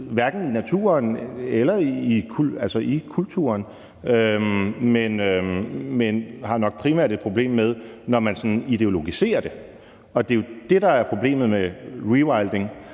hverken i naturen eller i kulturen. Men jeg har nok primært et problem med det, når man sådan ideologiserer det, og det er jo det, der er problemet med rewilding,